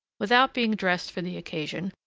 without being dressed for the occasion,